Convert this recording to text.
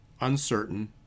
uncertain